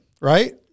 right